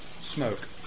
smoke